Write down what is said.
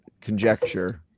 conjecture